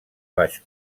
baix